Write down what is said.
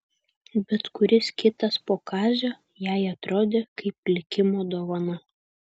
bet kuris kitas po kazio jai atrodė kaip likimo dovana